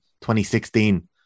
2016